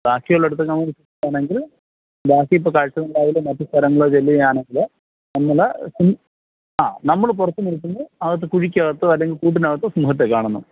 ബാക്കി ഉള്ള ഇടത്തൊക്കെ നമുക്ക് പോവണമെങ്കിൽ ബാക്കി ഇപ്പോൾ കാഴ്ചബംഗ്ലാവിലും മറ്റ് സ്ഥലങ്ങളോ ചെല്ലുവാണെങ്കിൽ നമ്മൾ സിം ആ നമ്മൾ പുറത്ത് നിൽക്കുന്നു അകത്ത് കുഴിക്കകത്തോ അല്ലെങ്കിൽ കൂട്ടിനകത്തോ സിംഹത്തെ കാണുന്നു